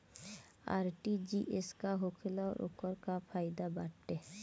RTGS का होखेला और ओकर का फाइदा बाटे?